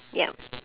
ya